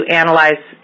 analyze